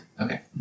Okay